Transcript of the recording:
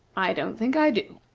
i don't think i do.